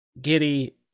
Giddy